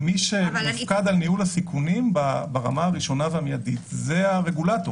ומי שמופקד על ניהול הסיכונים ברמה הראשונה והמידית זה הרגולטור.